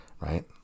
right